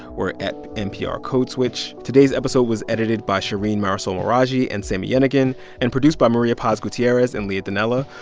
we're at nprcodeswitch today's episode was edited by shereen marisol meraji and sami yenigun and produced by maria paz gutierrez and leah donnella.